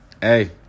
Hey